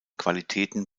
qualitäten